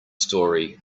story